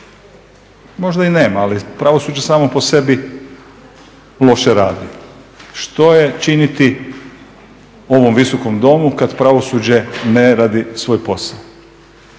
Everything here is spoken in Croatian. Možda i nema, ali pravosuđe samo po sebi loše radi. Što je činiti ovom Visokom domu kad pravosuđe ne radi svoj posao?